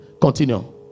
Continue